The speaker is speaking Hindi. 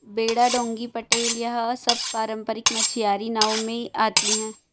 बेड़ा डोंगी पटेल यह सब पारम्परिक मछियारी नाव में आती हैं